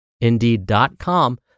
Indeed.com